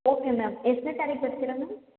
okay ma'am ಎಷ್ಟನೇ ತಾರೀಕು ಬರ್ತೀರ ಮ್ಯಾಮ್